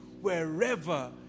Wherever